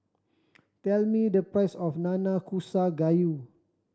tell me the price of Nanakusa Gayu